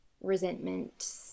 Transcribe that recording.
resentment